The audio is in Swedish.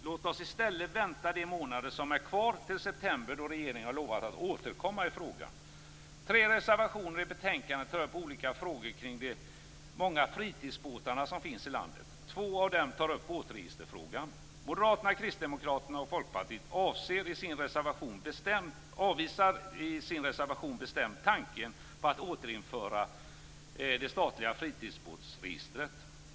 Låt oss i stället vänta de månader som är kvar till september, då regeringen har lovat att återkomma i frågan. Tre reservationer i betänkandet tar upp olika frågor kring de många fritidsbåtar som finns i landet. Två av dem tar upp båtregisterfrågan. Moderaterna, Kristdemokraterna och Folkpartiet avvisar i sin reservation bestämt tanken på att återinföra det statliga fritidsbåtsregistret.